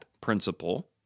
principle